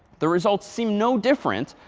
the results seem no different.